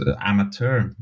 amateur